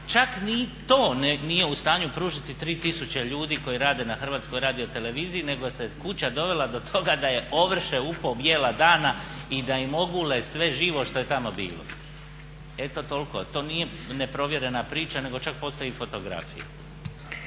to nije u stanju pružiti 3000 ljudi koji rade na Hrvatskoj radioteleviziji nego se kuća dovela do toga da je ovrše u pol bijela dana i da im ogule sve živo što je tamo bilo. Eto toliko, to nije neprovjerena priča nego čak postoji i fotografije.